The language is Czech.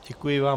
Děkuji vám.